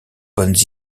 bonnes